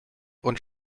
und